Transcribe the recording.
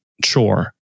Chore